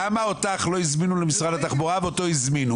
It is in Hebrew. למה אותך לא הזמינו למשרד התחבורה ואותו הזמינו?